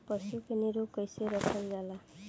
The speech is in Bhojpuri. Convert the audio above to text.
पशु के निरोग कईसे रखल जाला?